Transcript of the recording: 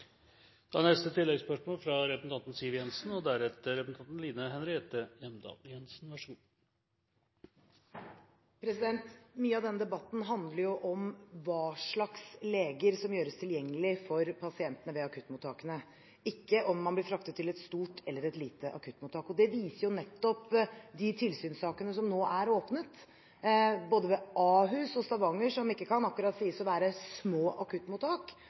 Siv Jensen – til neste oppfølgingsspørsmål. Mye av denne debatten handler om hva slags leger som gjøres tilgjengelig for pasientene ved akuttmottakene – ikke om man blir fraktet til et stort eller et lite akuttmottak. Det viser nettopp de tilsynssakene som nå er åpnet. Både ved Ahus og i Stavanger, der det ikke akkurat kan sies at det er små akuttmottak,